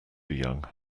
young